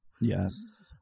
Yes